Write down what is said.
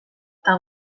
eta